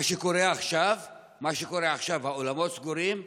מה שקורה עכשיו, האולמות סגורים,